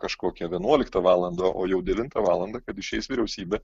kažkokią vienuoliktą valandą o jau devintą valandą kad išeis vyriausybė